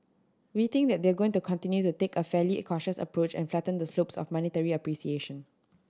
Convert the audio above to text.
we think that they're going to continue to take a fairly cautious approach and flatten the slopes of monetary appreciation